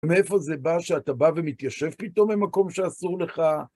ומאיפה זה בא שאתה בא ומתיישב פתאום ממקום שאסור לך?